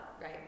Right